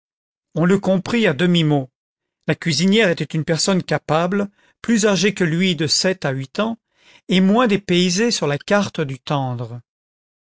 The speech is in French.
on le comprit à demi-mot la cuisinière était une personne capable plus âgée que lui de sept à huit ans et moins dépaysée sur la carte du tendre